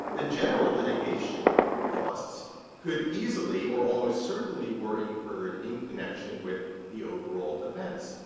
the general litigation costs could easily or almost certainly were incurred in connection with the overall defense,